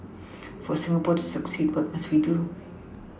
for Singapore to succeed what must we do